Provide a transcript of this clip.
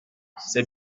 c’est